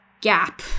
gap